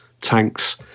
tanks